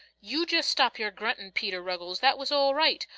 you just stop your gruntin', peter ruggles that was all right.